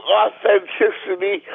authenticity